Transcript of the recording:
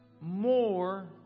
more